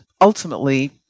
ultimately